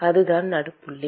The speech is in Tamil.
அதுதான் நடுப்புள்ளி